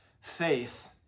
faith